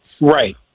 Right